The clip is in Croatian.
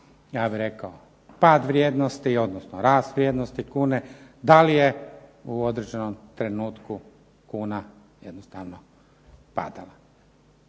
ja bih rekao pad vrijednosti odnosno rast vrijednosti kune, da li je u određenom trenutku kuna jednostavno padala,